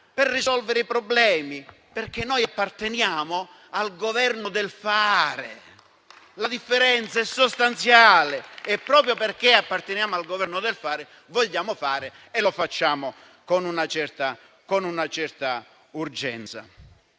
a risolvere i problemi, perché noi apparteniamo al Governo del fare. La differenza è sostanziale e proprio perché apparteniamo al Governo del fare, vogliamo fare e lo facciamo con una certa urgenza.